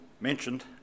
mentioned